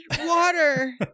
water